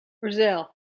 Brazil